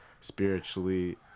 spiritually